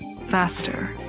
Faster